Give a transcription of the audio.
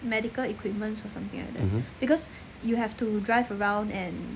mmhmm